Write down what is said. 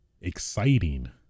exciting